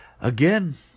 Again